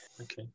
Okay